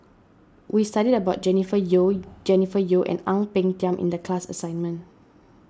we studied about Jennifer Yeo Jennifer Yeo and Ang Peng Tiam in the class assignment